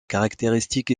caractéristiques